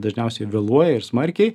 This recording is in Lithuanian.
dažniausiai vėluoja ir smarkiai